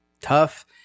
tough